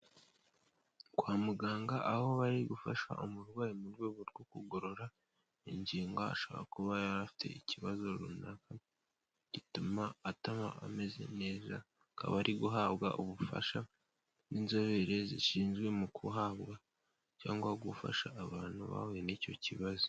Kwa muganga aho bari gufasha umurwayi mu rwego rwo kumugorora ingingo, ashobora kuba yari afite ikibazo runaka gituma ataba ameze neza, akaba ari guhabwa ubufasha n'inzobere zishinzwe mu guhabwa, cyangwa gufasha abantu bahuye n'icyo kibazo.